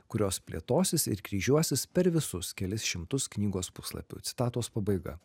kurios plėtosis ir kryžiuotis per visus kelis šimtus knygos puslapių citatos pabaiga